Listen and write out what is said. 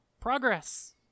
progress